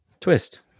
twist